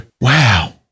wow